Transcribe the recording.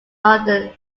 london